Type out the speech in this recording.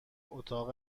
اتاق